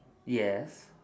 yes